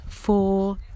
four